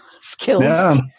skills